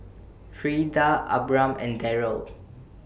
Freida Abram and Derald